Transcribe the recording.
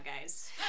guys